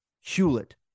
Hewlett